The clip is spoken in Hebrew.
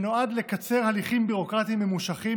שנועד לקצר הליכים ביורוקרטים ממושכים,